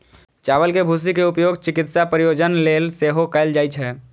चावल के भूसी के उपयोग चिकित्सा प्रयोजन लेल सेहो कैल जाइ छै